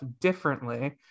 differently